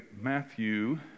Matthew